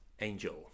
angel